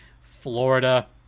Florida